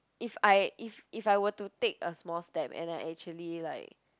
if I if if I were to take a small step and I actually like